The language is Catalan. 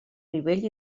nivell